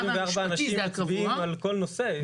זה 24 קבועים על כל נושא.